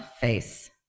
face